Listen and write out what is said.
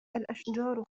الأشجار